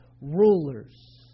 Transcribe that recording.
rulers